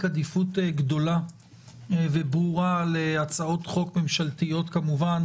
עדיפות גדולה וברורה להצעות חוק ממשלתיות כמובן,